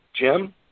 Jim